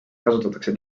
kasutatakse